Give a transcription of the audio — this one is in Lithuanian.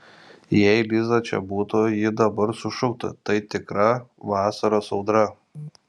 jei liza čia būtų ji dabar sušuktų tai tikra vasaros audra